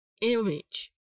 image